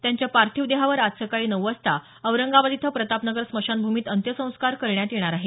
त्यांच्या पार्थिव देहावर आज सकाळी नऊ वाजता औरंगाबाद इथं प्रतापनगर स्मशानभूमीत अंत्यसंस्कार करण्यात येणार आहेत